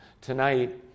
Tonight